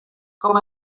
com